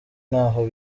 ntaho